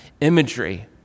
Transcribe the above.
imagery